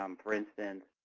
um for instance,